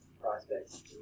prospects